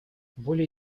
более